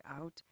out